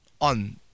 on